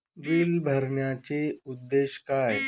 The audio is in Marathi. बिल भरण्याचे उद्देश काय?